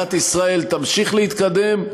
ומדינת ישראל תמשיך להתקדם,